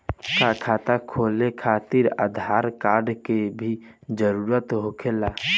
का खाता खोले खातिर आधार कार्ड के भी जरूरत होखेला?